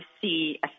see